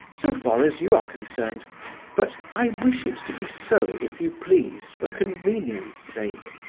so far as you are concerned but i wish it to be so, if you please, for convenience' sake.